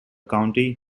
county